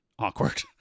awkward